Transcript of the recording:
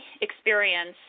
experience